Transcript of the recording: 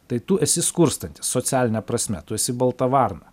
tai tu esi skurstantis socialine prasme tu esi balta varna